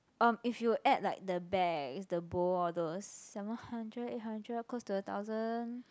um if you add like the bags the bow all those seven hundred eight hundred close to a thousand